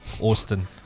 Austin